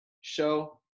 show